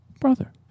brother